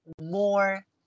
more